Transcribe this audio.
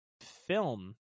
film